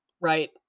Right